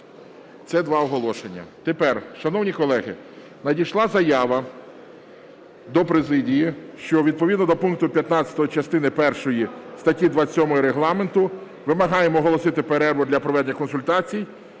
Це 2 оголошення. Тепер, шановні колеги, надійшла заява до президії, що "відповідно до пункту 15 частини першої статті 27 Регламенту вимагаємо оголосити перерву для проведення консультацій